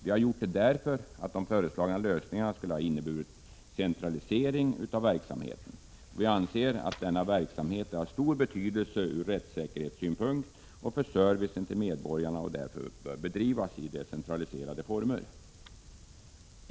Vi har gjort det därför att de föreslagna lösningarna skulle ha inneburit en centralisering av verksamheten. Vi anser nämligen att denna verksamhet är av stor betydelse ur rättssäkerhetssynpunkt och för servicen till medborgarna och därför bör bedrivas i decentraliserade former.